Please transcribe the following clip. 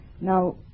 Now